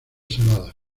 salada